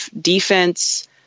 defense